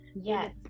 Yes